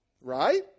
Right